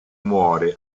muore